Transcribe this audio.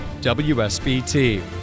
WSBT